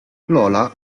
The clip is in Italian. lola